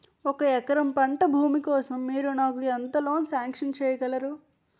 ఒక ఎకరం పంట భూమి కోసం మీరు నాకు ఎంత లోన్ సాంక్షన్ చేయగలరు?